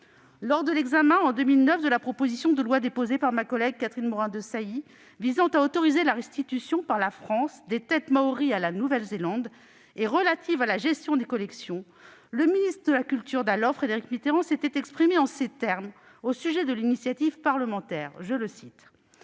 Lors de l'examen en 2009 de la proposition de loi, déposée par ma collègue Catherine Morin-Desailly, visant à autoriser la restitution par la France des têtes maories à la Nouvelle-Zélande et relative à la gestion des collections, le ministre de la culture de l'époque, Frédéric Mitterrand, s'était exprimé en ces termes au sujet de l'initiative parlementaire :« Elle